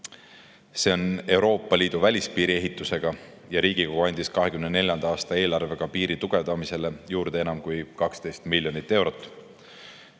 ehk Euroopa Liidu välispiiri ehitust. Riigikogu andis 2024. aasta eelarvega piiri tugevdamisele juurde enam kui 12 miljonit eurot.